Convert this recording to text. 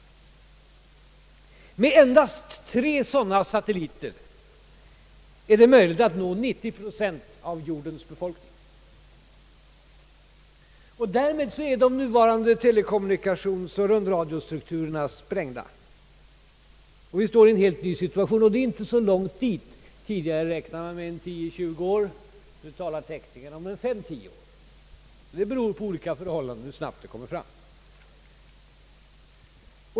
Med endast tre sådana satelliter är det möjligt att nå 90 procent av jordens befolkning. Därmed är de nuvarande telekommunikationsoch rundradiostrukturerna sprängda, och vi står inför en helt ny situation. Det är inte så långt dit. Tidigare räknade man med 10—20 år; nu talar teknikerna om 5—10 år; det beror på olika förhållanden hur snabbt det kommer fram.